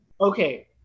Okay